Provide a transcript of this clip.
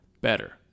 better